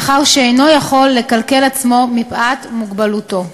מאחר שאינו יכול לכלכל עצמו מפאת מוגבלותו.